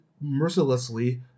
mercilessly